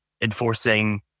enforcing